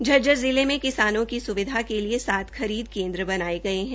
झज्जर जिले मे किसानों की स्विधा केलिए सात खरीद केन्द्र बनाये गये है